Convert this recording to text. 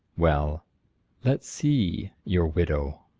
well let's see your widow.